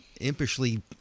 impishly